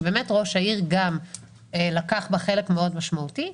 שראש העיר גם לקח בה חלק משמעותי מאוד.